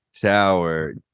Tower